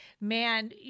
man